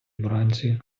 вранці